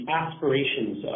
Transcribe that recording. aspirations